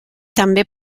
també